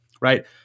right